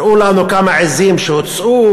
הראו לנו כמה עזים שהוצאו.